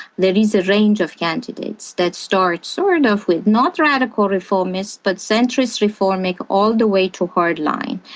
there is a range of candidates that starts sort of with not radical reformists but centrist reformic all the way to hardline.